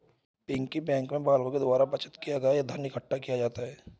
piggy bank में बालकों के द्वारा बचत किया गया धन इकट्ठा किया जाता है